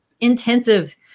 intensive